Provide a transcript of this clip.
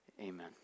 Amen